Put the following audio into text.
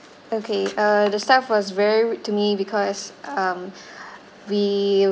okay uh the staff was very rude to me because um we